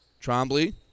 Trombley